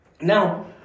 Now